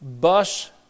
bus